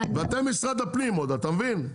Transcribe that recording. ואתם משרד הפנים עוד, אתה מבין?